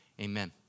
Amen